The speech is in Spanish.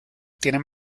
tienen